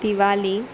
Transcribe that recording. Diwali